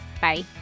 Bye